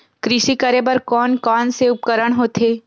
कृषि करेबर कोन कौन से उपकरण होथे?